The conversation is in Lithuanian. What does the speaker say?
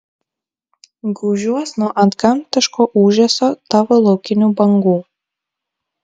gūžiuos nuo antgamtiško ūžesio tavo laukinių bangų